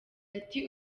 ati